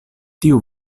tiu